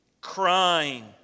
crying